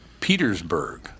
Petersburg